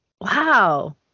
Wow